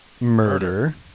murder